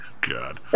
God